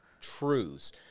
truths